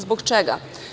Zbog čega?